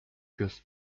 fürs